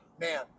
man